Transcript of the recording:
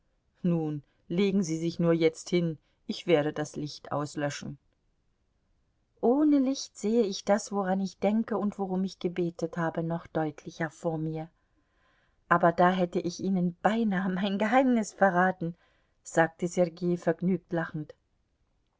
nun legen sie sich nur jetzt hin ich werde das licht auslöschen ohne licht sehe ich das woran ich denke und worum ich gebetet habe noch deutlicher vor mir aber da hätte ich ihnen beinahe mein geheimnis verraten sagte sergei vergnügt lachend